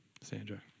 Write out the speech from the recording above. Sandra